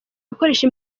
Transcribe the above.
gukoresha